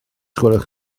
gwelwch